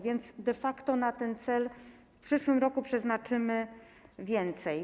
Więc de facto na ten cel w przyszłym roku przeznaczymy więcej.